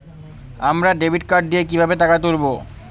আমরা debit card দিয়ে কিভাবে টাকা তুলবো?